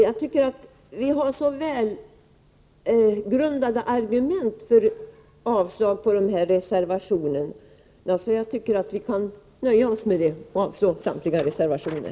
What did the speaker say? Jag tycker alltså vi har väl grundade argument för avslag, och därför kan vi avstyrka samtliga reservationer.